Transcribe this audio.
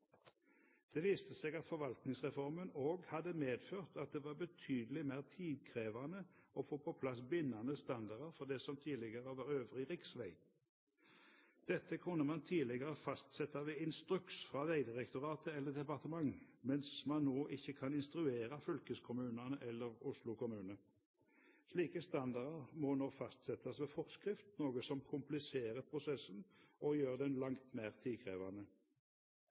Det viste seg at forvaltningsreformen også hadde medført at det var betydelig mer tidkrevende å få på plass bindende standarder for det som tidligere var øvrig riksveg. Dette kunne man tidligere fastsette ved instruks fra Vegdirektoratet eller departementet, mens man nå ikke kan instruere fylkeskommunene eller Oslo kommune. Slike standarder må nå fastsettes ved forskrift, noe som kompliserer prosessen, og gjør den langt mer tidkrevende.